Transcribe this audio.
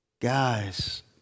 guys